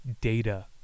data